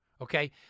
okay